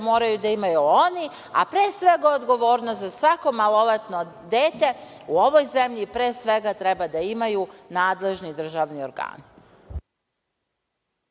moraju da imaju oni, a pre svega odgovornost za svako maloletno dete u ovoj zemlji, pre svega, treba da imaju nadležni državni organi.